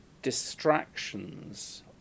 distractions